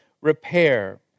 repair